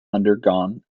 undergone